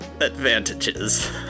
advantages